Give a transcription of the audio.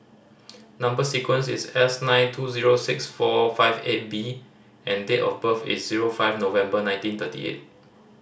number sequence is S nine two zero six four five eight B and date of birth is zero five November nineteen thirty eight